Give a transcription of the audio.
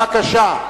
בבקשה.